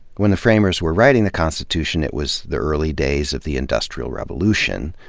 when the framers were writing the constitution, it was the early days of the industrial revolution,